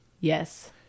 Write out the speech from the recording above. Yes